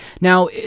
Now